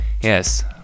Yes